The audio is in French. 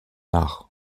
art